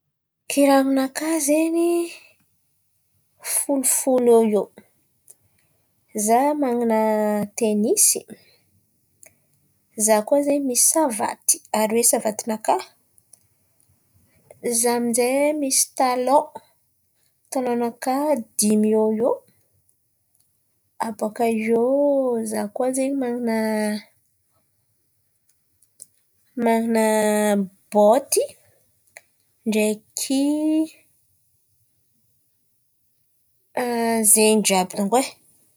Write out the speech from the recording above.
Kiraro-nakà zen̈y folofolo eo ho eo: izaho man̈ana tenisy, izaho koà zen̈y misy savaty aroe savaty-nakà, izaho amin'zay misy talon, talon-nakà dimy eo ho eo. Abôkà eo izaho koà zen̈y man̈ana man̈ana bôty ndraiky zen̈y jiàby dônko e.